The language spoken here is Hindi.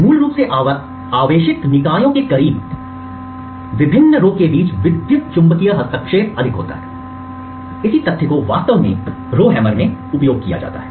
मूल रूप से आवेशित निकायों के करीब विभिन्न पंक्तियों रो के बीच विद्युत चुम्बकीय हस्तक्षेप अधिक होता है इसी तथ्य को वास्तव में रो हैमर में उपयोग किया जाता है